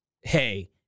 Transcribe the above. hey